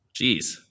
Jeez